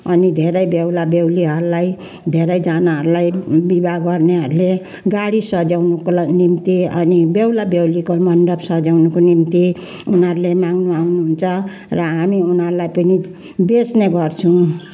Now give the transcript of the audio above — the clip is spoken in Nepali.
अनि धेरै बेहुला बेहुलीहरूलाई धेरैजनाहरूलाई विवाह गर्नेहरूले गाडी सजाउनुको ला निम्ति अनि बेहुला बेहुलीको मन्डप सजाउनुको निम्ति उनीहरूले माग्न आउनुहुन्छ र हामी उनीहरूलाई पनि बेच्ने गर्छौँ